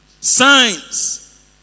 Signs